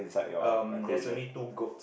um there's only two goats